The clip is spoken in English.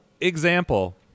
Example